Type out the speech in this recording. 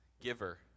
Giver